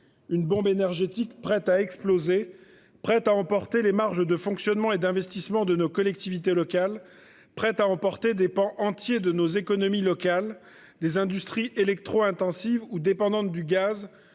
une bombe énergétique prête à exploser prête à emporter les marges de fonctionnement et d'investissement de nos collectivités locales prête à emporter des pans entiers de nos économies locales des industries électro-intensives ou dépendante du gaz